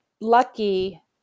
lucky